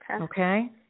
Okay